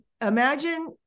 imagine